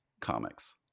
comics